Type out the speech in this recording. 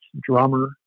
drummer